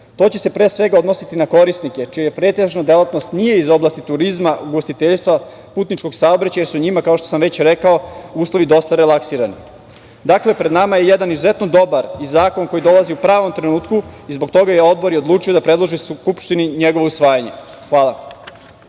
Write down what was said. To će se, pre svega, odnositi na korisnike čija pretežna delatnost nije iz oblasti turizma, ugostiteljstva, putničkog saobraćaja, jer su njima, kao što sam već rekao, uslovi dosta relaksirani. Dakle, pred nama je jedan izuzetno dobar i zakon koji dolazi u pravom trenutku i zbog toga je Odbor i odlučio da predloži Skupštini njegovo usvajanje. Hvala